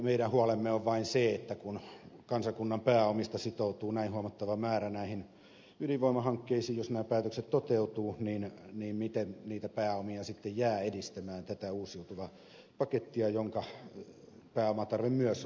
meidän huolemme on vain se että kun kansakunnan pääomista sitoutuu näin huomattava määrä näihin ydinvoimahankkeisiin jos nämä päätökset toteutuvat niin miten niitä pääomia sitten jää edistämään tätä uusiutuvapakettia jonka pääomatarve myös on aika huomattava